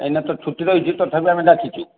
ଏଇନା ତ ଛୁଟି ରହିଛି ତଥାପି ଆମେ ଡାକିଛୁ